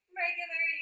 regular